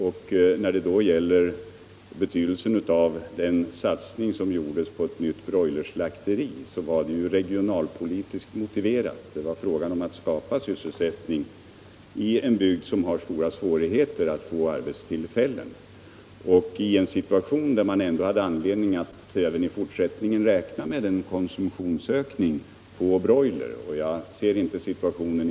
I vad gäller den satsning som gjordes på ett nytt broilerslakteri vill jag säga att den var regionalpolitiskt motiverad. Det var fråga om att skapa sysselsättning i en bygd som har stora svårigheter att åstadkomma arbetstillfällen och i en situation, där man hade anledning att även i fortsättningen räkna med en ökning av broilerkonsumtionen.